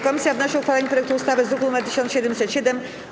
Komisja wnosi o uchwalenie projektu ustawy z druku nr 1707.